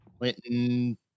Clinton